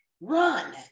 Run